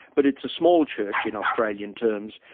but it's a small church in australian terms.